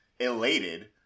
elated